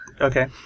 Okay